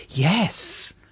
Yes